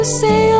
say